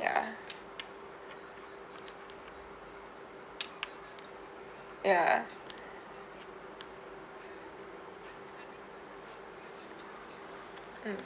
ya ya mm